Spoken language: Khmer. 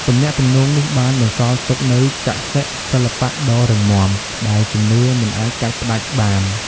ទំនាក់ទំនងនេះបានបន្សល់ទុកនូវកសិសិល្បៈដ៏រឹងមាំ និងជំនឿមិនអាចកាត់ផ្ដាច់បាន។